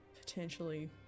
potentially